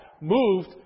moved